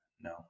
No